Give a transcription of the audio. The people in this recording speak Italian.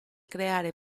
creare